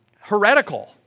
heretical